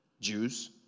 Jews